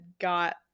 got